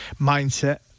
mindset